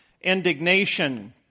indignation